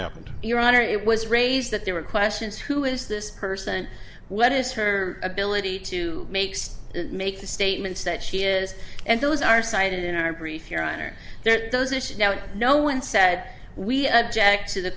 happened your honor it was raised that there were questions who is this person what is her ability to make make the statements that she is and those are cited in our brief your honor there those issues now no one said we object to the